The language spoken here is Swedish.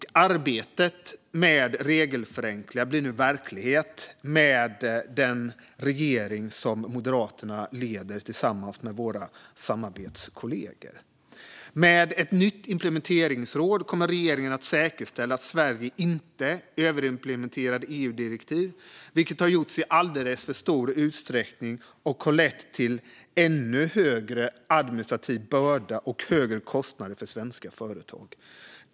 Arbetet med regelförenklingar blir nu verklighet med den regering som vi i Moderaterna leder tillsammans med våra samarbetskollegor. Med ett nytt implementeringsråd kommer regeringen att säkerställa att Sverige inte överimplementerar EU-direktiv, vilket har gjorts i alldeles för stor utsträckning och har lett till ännu tyngre administrativa bördor och högre kostnader för svenska företag.